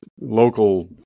local